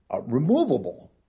removable